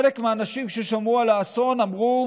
חלק מהאנשים, כששמעו על האסון, אמרו: